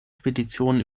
spedition